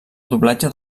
doblatge